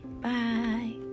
bye